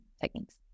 techniques